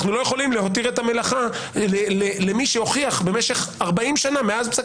אנחנו לא יכולים להותיר את המלאכה למי שהוכיח במשך 40 שנה מעל פסק